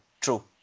true